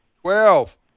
Twelve